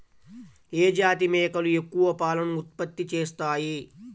ఏ జాతి మేకలు ఎక్కువ పాలను ఉత్పత్తి చేస్తాయి?